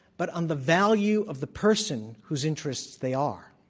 but on the value of the person whose interests they are.